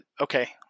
okay